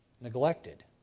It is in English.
neglected